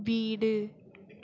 வீடு